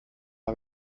auf